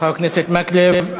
חבר הכנסת מקלב.